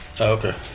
Okay